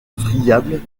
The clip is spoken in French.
friable